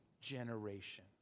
generation